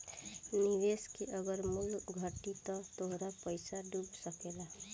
निवेश के अगर मूल्य घटी त तोहार पईसा डूब सकेला